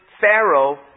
Pharaoh